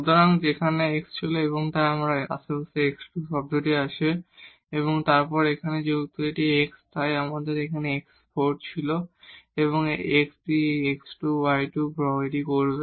সুতরাং এখানে x ছিল তাই আমাদের x2 টার্ম আছে এবং তারপর এখানে যেহেতু এটি x তাই x 4 সেখানে থাকবে এবং এই x এই x2y2 তৈরি করবে